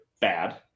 bad